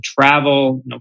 travel